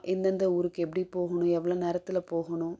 எந்த எந்த ஊருக்கு எப்படி போகணும் எவ்வளோ நேரத்தில் போகணும்